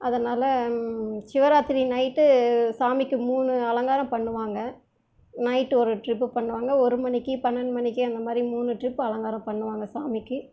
அதனால் சிவராத்திரி நைட்டு சாமிக்கு மூணு அலங்காரம் பண்ணுவாங்க நைட்டு ஒரு ட்ரிப்பு பண்ணுவாங்க ஒரு மணிக்கு பன்னெண்டு மணிக்கு அந்தமாதிரி மூணு ட்ரிப்பு அலங்காரம் பண்ணுவாங்க சாமிக்கு